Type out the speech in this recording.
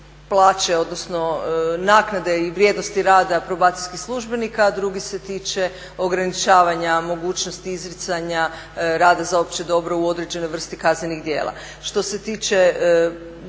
plaće, odnosno naknade i vrijednosti rada probacijskih službenika, a drugi se tiče ograničavanja mogućnosti izricanja rada za opće dobro u određenoj vrsti kaznenih djela.